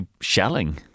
shelling